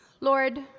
Lord